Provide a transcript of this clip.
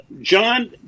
John